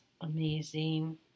amazing